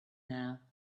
now